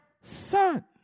son